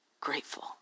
grateful